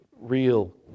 real